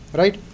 right